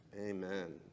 Amen